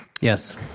Yes